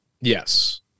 Yes